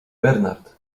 bernard